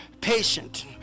Patient